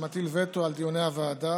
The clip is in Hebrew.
שמטיל וטו על דיוני הוועדה,